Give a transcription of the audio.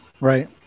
Right